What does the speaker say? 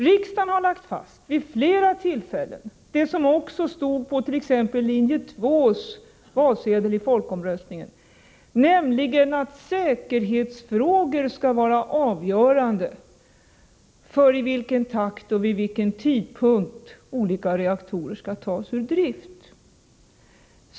Riksdagen har vid flera tillfällen lagt fast — och det stod också på exempelvis linje 2:s valsedel i folkomröstningen — att säkerhetsfrågorna skall vara avgörande för i vilken takt och vid vilken tidpunkt olika reaktorer skall tas ur drift.